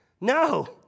No